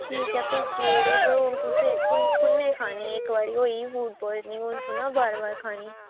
ठीक ऐ भेजी औड़ेओ कुसे कु'न्ने खानी ऐ इक बारी होई ही फूड पोआइजनिंग हून थोह्ड़ा बार बार खानी